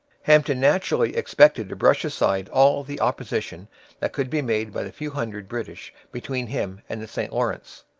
hampton naturally expected to brush aside all the opposition that could be made by the few hundred british between him and the st lawrence.